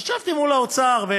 מול האוצר.